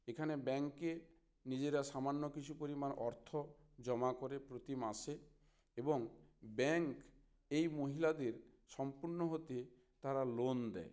এখানে ব্যাংকে নিজেরা সামান্য কিছু পরিমাণ অর্থ জমা করে প্রতি মাসে এবং ব্যাংক এই মহিলাদের সম্পূর্ণ হতে তারা লোন দেয়